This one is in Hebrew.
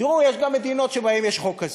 תראו, יש גם מדינות שיש בהן חוק כזה,